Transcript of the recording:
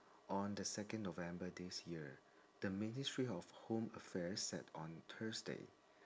on the second november this year the ministry of home affairs said on thursday